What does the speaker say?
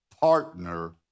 partner